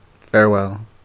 Farewell